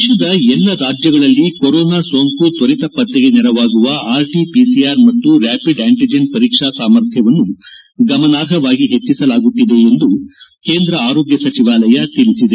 ದೇಶದ ಎಲ್ಲ ರಾಜ್ಯಗಳಲ್ಲಿ ಕೊರೋನಾ ಸೋಂಕು ತ್ವರಿತ ಪತ್ತೆಗೆ ನೆರವಾಗುವ ಆರ್ಟಿ ಪಿಸಿಆರ್ ಮತ್ತು ರ್ಯಾಪಿಡ್ ಆಂಟಿಜೆನ್ ಪರೀಕ್ಷೆ ಸಾಮರ್ಥ್ಯವನ್ನು ಗಮನಾರ್ಹವಾಗಿ ಹೆಚ್ಚಿಸಲಾಗುತ್ತಿದೆ ಎಂದು ಕೇಂದ್ರ ಆರೋಗ್ಯ ಸಚಿವಾಲಯ ತಿಳಿಸಿದೆ